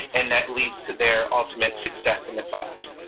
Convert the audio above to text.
and that leads to their ultimate success in the class.